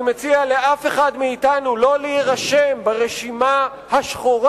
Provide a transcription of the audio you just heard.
אני לא מציע לאף אחד מאתנו להירשם ברשימה השחורה